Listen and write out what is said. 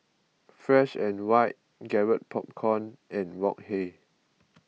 Fresh and White Garrett Popcorn and Wok Hey